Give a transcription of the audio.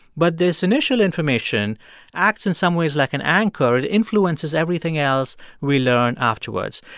but this initial information acts, in some ways, like an anchor. it influences everything else we learn afterwards.